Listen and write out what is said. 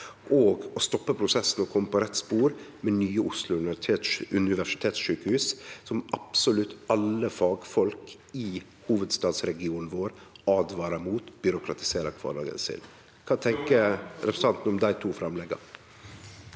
er å stoppe prosessen og kome på rett spor med nye Oslo universitetssjukehus, som absolutt alle fagfolk i hovudstadsregionen åtvarar mot at byråkratiserer kvardagen. Kva tenkjer representanten om dei to framlegga?